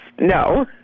No